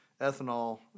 ethanol